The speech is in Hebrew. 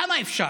כמה אפשר?